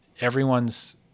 everyone's